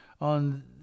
on